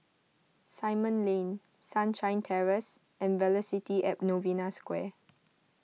Simon Lane Sunshine Terrace and Velocity at Novena Square